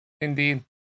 Indeed